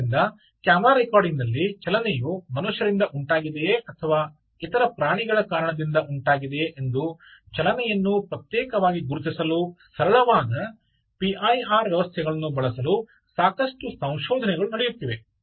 ಆದ್ದರಿಂದ camera recording ನಲ್ಲಿ ಚಲನೆಯು ಮನುಷ್ಯರಿಂದ ಉಂಟಾಗಿದೆಯೆ ಅಥವಾ ಇತರ ಪ್ರಾಣಿಗಳ ಕಾರಣದಿಂದ ಉಂಟಾಗಿದೆಯೆ ಎಂದು ಚಲನೆಯನ್ನು ಪ್ರತ್ಯೇಕವಾಗಿ ಗುರುತಿಸಲು ಸರಳವಾದ ಪಿಐಆರ್ ವ್ಯವಸ್ಥೆಗಳನ್ನು ಬಳಸಲು ಸಾಕಷ್ಟು ಸಂಶೋಧನೆಗಳು ನಡೆಯುತ್ತಿವೆ